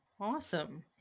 Awesome